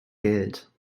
geld